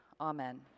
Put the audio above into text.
Amen